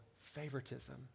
favoritism